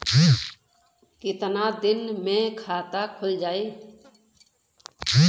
कितना दिन मे खाता खुल जाई?